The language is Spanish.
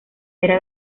era